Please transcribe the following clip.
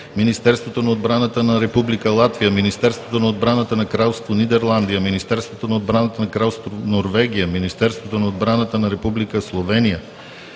Министерството на отбраната на Република Латвия, Министерството на отбраната на Кралство Нидерландия, Министерството на отбраната на Кралство Норвегия, Министерството на отбраната на Република Словения,